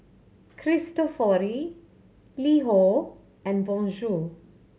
Cristofori LiHo and Bonjour